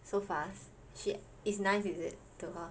so fast she is nice is it to her